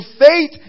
faith